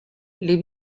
les